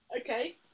Okay